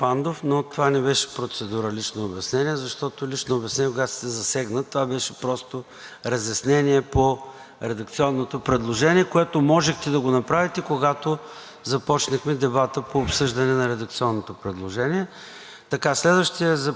редакционното предложение, което можехте да го направите, когато започнехме дебата по обсъждане на редакционното предложение. Следващият, записал се за изказване, е господин Димитров от парламентарната група ВЪЗРАЖДАНЕ. Заповядайте.